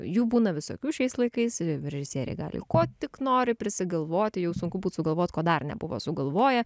jų būna visokių šiais laikais režisieriai gali jau ko tik nori prisigalvoti jau sunku būtų sugalvot ko dar nebuvo sugalvoję